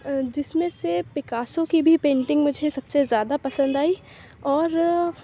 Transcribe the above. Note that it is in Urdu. جس میں سے پکاسو کی بھی پینٹنگ مجھے سب سے زیادہ پسند آئی اور